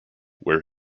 where